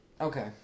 Okay